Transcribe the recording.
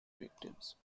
victims